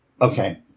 Okay